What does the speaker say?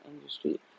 industry